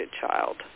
child